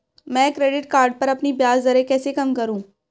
मैं credit card पर अपनी ब्याज दरें कैसे कम करूँ?